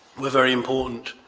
were very important.